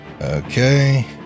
Okay